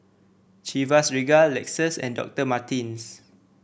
Chivas Regal Lexus and Doctor Martens